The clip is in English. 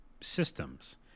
systems